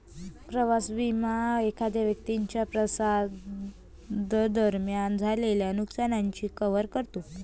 प्रवास विमा एखाद्या व्यक्तीच्या प्रवासादरम्यान झालेल्या नुकसानाची कव्हर करतो